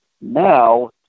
now